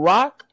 Rock